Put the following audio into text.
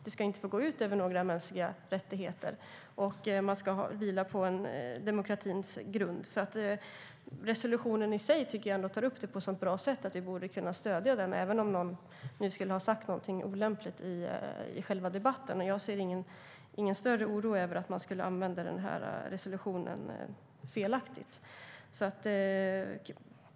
Det ska inte få gå ut över några mänskliga rättigheter, och man ska vila på demokratins grund. Resolutionen i sig tycker jag tar upp det på ett så bra sätt att vi borde kunna stödja den även om någon skulle ha sagt något olämpligt i själva debatten. Jag ser ingen större anledning till oro över att man skulle använda resolutionen felaktigt.